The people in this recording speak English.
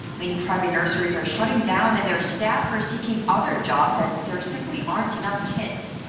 many private nurseries are shutting down and their staff are seeking other jobs as there simply aren't enough kids.